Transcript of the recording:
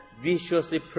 viciously